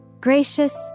gracious